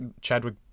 Chadwick